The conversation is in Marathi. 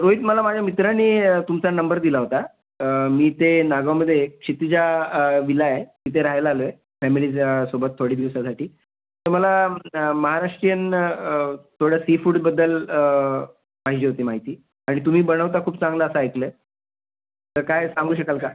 रोहित मला माझ्या मित्राने तुमचा नंबर दिला होता मी ते नागांवमध्ये एक क्षितिजा विला आहे तिथे राहायला आलो आहे फॅमिलीच्या सोबत थोडे दिवसासाठी तर मला महाराष्टीयन थोडं सी फूडबद्दल पाहिजे होती माहिती आणि तुम्ही बनवता खूप चांगलं असं ऐकलं आहे तर काही सांगू शकाल का